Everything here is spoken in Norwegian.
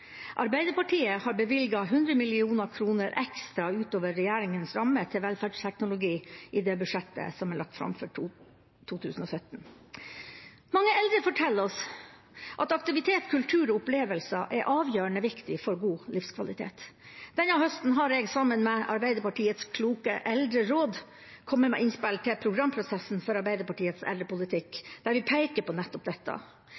Arbeiderpartiet har bevilget 100 mill. kr ekstra utover regjeringas ramme til velferdsteknologi i det budsjettet som er lagt fram for 2017. Mange eldre forteller oss at aktivitet, kultur og opplevelser er avgjørende viktig for god livskvalitet. Denne høsten har jeg sammen med Arbeiderpartiets kloke eldreråd kommet med innspill til programprosessen for Arbeiderpartiets eldrepolitikk, der vi peker på nettopp dette.